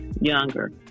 younger